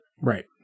Right